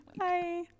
Hi